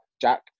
Jack